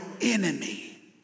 enemy